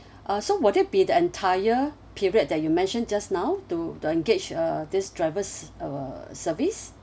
uh so would it be the entire period that you mentioned just now to to engage uh this driver's err service